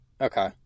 Okay